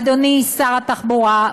אדוני שר התחבורה,